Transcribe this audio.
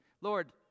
Lord